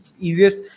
easiest